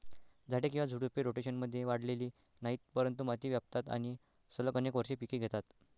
झाडे किंवा झुडपे, रोटेशनमध्ये वाढलेली नाहीत, परंतु माती व्यापतात आणि सलग अनेक वर्षे पिके घेतात